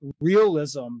realism